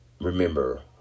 Remember